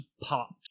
popped